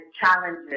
challenges